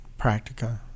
practica